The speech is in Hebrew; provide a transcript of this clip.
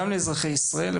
גם לאזרחי ישראל,